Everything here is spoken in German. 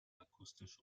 akustisch